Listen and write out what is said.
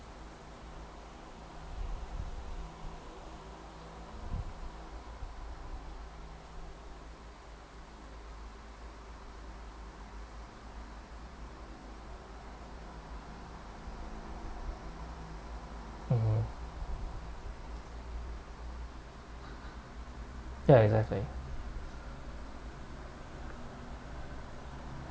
mmhmm ya exactly